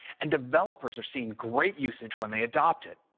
and developers are seeing great usage when they adopt it.